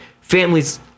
families